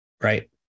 right